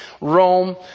Rome